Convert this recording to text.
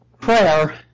Prayer